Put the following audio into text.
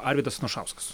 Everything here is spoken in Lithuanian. arvydas anušauskas